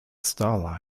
star